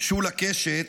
שולה קשת,